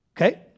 Okay